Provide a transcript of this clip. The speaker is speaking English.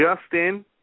Justin